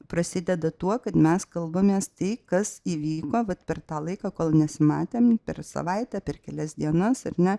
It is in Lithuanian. prasideda tuo kad mes kalbamės tai kas įvyko vat per tą laiką kol nesimatėm per savaitę per kelias dienas ar ne